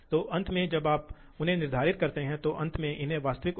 तो यह load torque है और हम देखते हैं कि यह बना हुआ है यह कम या ज्यादा स्थिर रहता है ठीक है